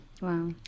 Wow